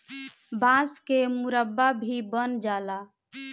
बांस के मुरब्बा भी बन जाला